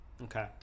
Okay